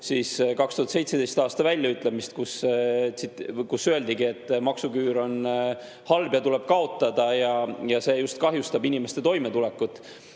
2017. aasta väljaütlemist, milles öeldigi, et maksuküür on halb ja see tuleb kaotada ja see kahjustab inimeste toimetulekut.